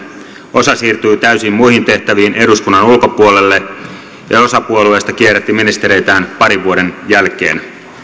osa siirtyi täysin muihin tehtäviin eduskunnan ulkopuolelle ja osa puolueista kierrätti ministereitään parin vuoden jälkeen